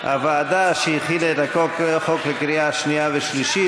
הוועדה שהכינה את החוק לקריאה שנייה ושלישית,